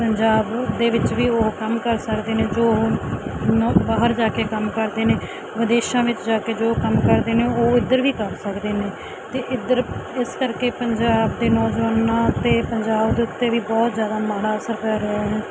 ਪੰਜਾਬ ਦੇ ਵਿੱਚ ਵੀ ਉਹ ਕੰਮ ਕਰ ਸਕਦੇ ਨੇ ਜੋ ਉਹ ਹੁਣ ਬਾਹਰ ਜਾ ਕੇ ਕੰਮ ਕਰਦੇ ਨੇ ਵਿਦੇਸ਼ਾਂ ਵਿੱਚ ਜਾ ਕੇ ਜੋ ਕੰਮ ਕਰਦੇ ਨੇ ਉਹ ਇੱਧਰ ਵੀ ਕਰ ਸਕਦੇ ਨੇ ਅਤੇ ਇੱਧਰ ਇਸ ਕਰਕੇ ਪੰਜਾਬ ਦੇ ਨੌਜਵਾਨਾਂ 'ਤੇ ਪੰਜਾਬ ਦੇ ਉੱਤੇ ਵੀ ਬਹੁਤ ਜ਼ਿਆਦਾ ਮਾੜਾ ਅਸਰ ਪੈ ਰਿਹਾ ਹੈ